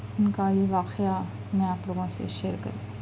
ان کا یہ واقعہ میں آپ لوگوں سے شیئر کری